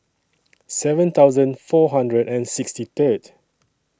seven thousand four hundred and sixty Third